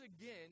again